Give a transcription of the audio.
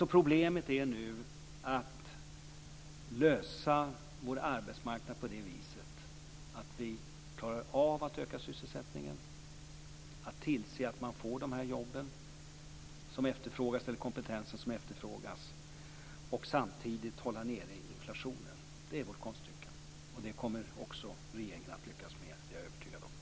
Det problem vi nu skall lösa på vår arbetsmarknad är att klara av att öka sysselsättningen, att tillse att man får de jobb och den kompetens som efterfrågas och samtidigt hålla nere inflationen. Det är vårt konststycke. Och det kommer regeringen också att lyckas med, det är jag övertygad om.